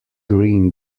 green